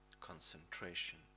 concentration